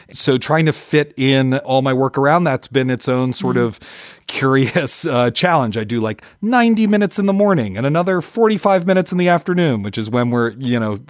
so trying to fit in all my work around, that's been its own sort of curious challenge. i do like ninety minutes in the morning and another forty five minutes in the afternoon, which is when we're, you know,